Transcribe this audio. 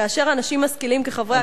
כאשר אנשים משכילים כחברי כנסת לא מסוגלים,